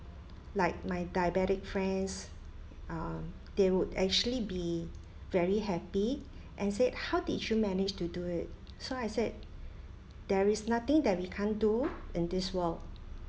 like my diabetic friends um they would actually be very happy and said how did you manage to do it so I said there is nothing that we can't do in this world